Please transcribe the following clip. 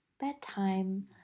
bedtime